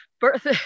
birth